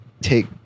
take